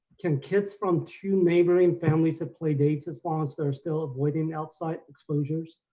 can kids from two neighboring families have play dates as long as they're still avoiding outside exposures?